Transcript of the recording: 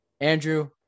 Andrew